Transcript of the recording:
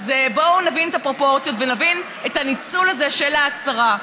אז בואו נבין את הפרופורציות ונבין את הניצול הזה של ההצהרה.